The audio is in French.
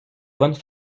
bonne